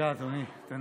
תודה,